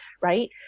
Right